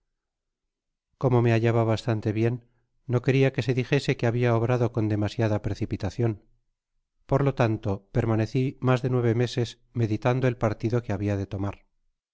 como me hallaba bastante bien no queria que se dijese que habiaobrado con demasiada precipitacion por lo tanto permaneci mas de nueve meses meditando el partido que habia de tomar